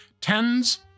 Tens